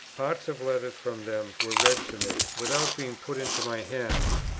parts of letters from them were read to me, without being put into my hands.